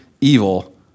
evil